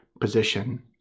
position